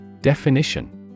Definition